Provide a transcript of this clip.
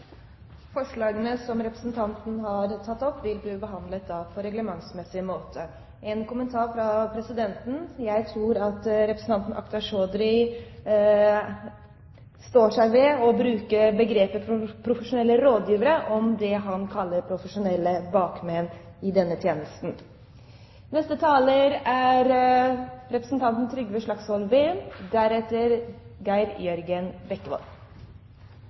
har tatt opp de forslag han refererte til. En kommentar fra presidenten: Jeg tror at representanten Akhtar Chaudhry står seg på å bruke begrepet «profesjonelle rådgivere» om det han kaller «profesjonelle bakmenn» i denne tjenesten. Det er sjelden jeg begynner et innlegg i salen med å si at jeg er